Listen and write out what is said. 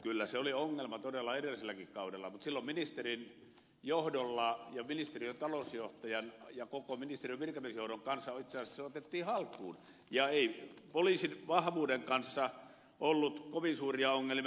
kyllä se todella oli ongelma edelliselläkin kaudella mutta silloin ministerin johdolla ja ministeriön talousjohtajan ja koko ministeriön virkamiesjohdon kanssa se itse asiassa otettiin haltuun eikä poliisin vahvuuden kanssa ollut kovin suuria ongelmia